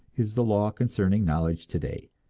is the law concerning knowledge today.